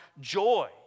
joy